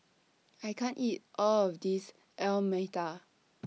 I can't eat All of This Alu Matar